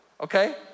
okay